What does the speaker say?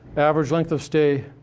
average length of stay,